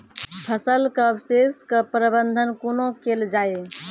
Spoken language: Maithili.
फसलक अवशेषक प्रबंधन कूना केल जाये?